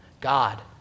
God